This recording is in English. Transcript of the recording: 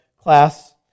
class